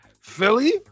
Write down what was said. Philly